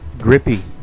grippy